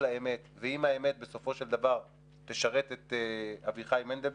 או אם אני לוקח נושא של מערך החוץ הישראלי במשבר תקציב משרד החוץ,